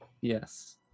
Yes